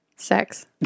Sex